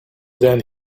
then